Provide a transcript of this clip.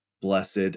Blessed